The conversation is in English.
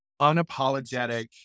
unapologetic